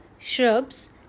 shrubs